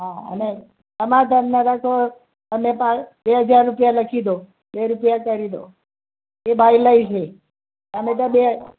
હા અને ટમાટરનાં લખો તમે પ બે હજાર રુપિયા લખી દો બે રુપિયા કરી દો એ બાયલાઇ છે ટામેટાં બે